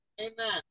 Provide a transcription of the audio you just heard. Amen